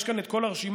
יש כאן את כל הרשימה,